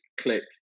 click